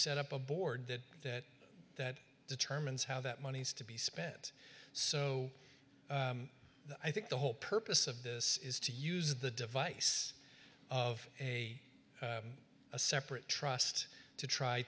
set up a board that that determines how that money is to be spent so i think the whole purpose of this is to use the device of a a separate trust to try